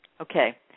Okay